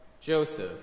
Joseph